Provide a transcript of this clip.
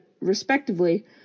respectively